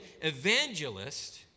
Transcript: evangelist